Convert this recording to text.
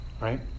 right